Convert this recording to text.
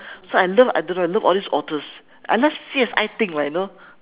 so I love I don't know I love all these authors I like C_S_I things lah you know